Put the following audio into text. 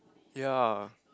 ya